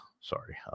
Sorry